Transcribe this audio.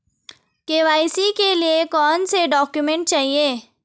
KYC के लिए कौनसे डॉक्यूमेंट चाहिये?